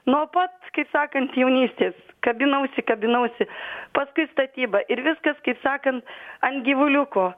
nuo pat kaip sakant jaunystės kabinausi kabinausi paskui statyba ir viskas kaip sakant ant gyvuliuko